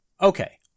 Okay